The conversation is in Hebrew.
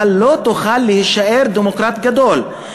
אתה לא תוכל להישאר דמוקרט גדול.